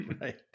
Right